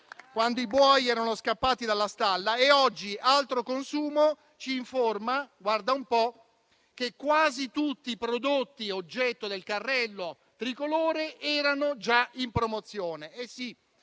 quando i buoi erano scappati dalla stalla. Oggi Altroconsumo ci informa che quasi tutti i prodotti oggetto del carrello tricolore erano già in promozione.